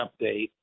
update